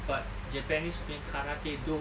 but japanese punya karate-do